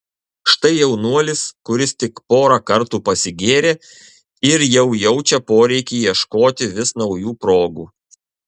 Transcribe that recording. štai jaunuolis kuris tik porą kartų pasigėrė ir jau jaučia poreikį ieškoti vis naujų progų